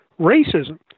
racism